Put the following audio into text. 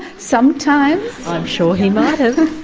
sometimes. i'm sure he might have.